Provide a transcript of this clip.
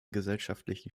gesellschaftlichen